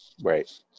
Right